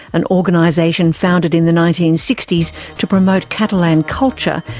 an organisation founded in the nineteen sixty s to promote catalan culture,